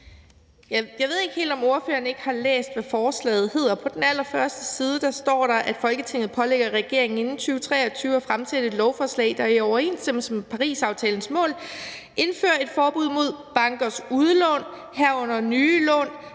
Jeg ved ikke helt, om ordføreren har læst, hvad forslaget hedder. På den allerførste side står der, at Folketinget pålægger regeringen inden 2023 at fremsætte et lovforslag, der er i overensstemmelse med Parisaftalens mål, og at indføre et forbud mod bankers udlån, herunder nye lån,